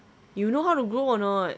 you know how to grow or not